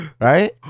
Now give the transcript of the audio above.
Right